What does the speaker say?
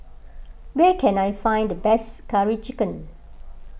where can I find the best Curry Chicken